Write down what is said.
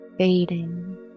fading